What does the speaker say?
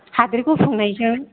हाद्रि गुफुंनायजों